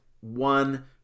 one